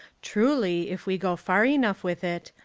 truly, if we go far enough with it,